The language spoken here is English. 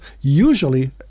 usually